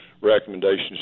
recommendations